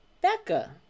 Becca